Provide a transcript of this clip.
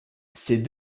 ses